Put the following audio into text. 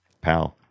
PAL